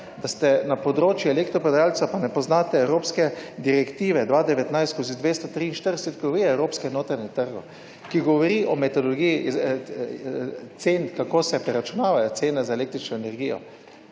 da ste na področju elektro prodajalca, pa ne poznate evropske direktive 2019/243, o evropskem notranjem trgu, ki govori o metodologiji cen, kako se preračunavajo cene za električno energijo,